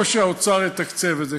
או שהאוצר יתקצב את זה,